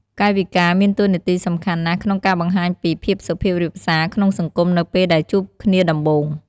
កាយវិការមានតួនាទីសំខាន់ណាស់ក្នុងការបង្ហាញពី ភាពសុភាពរាបសារក្នុងសង្គមនៅពេលដែលជួបគ្នាដំបូង។